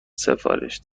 سفارش